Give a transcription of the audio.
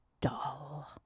dull